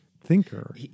thinker